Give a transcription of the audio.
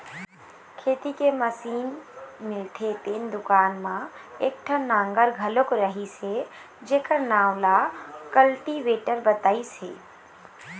खेती के मसीन मिलथे तेन दुकान म एकठन नांगर घलोक रहिस हे जेखर नांव ल कल्टीवेटर बतइस हे